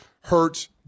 Hurts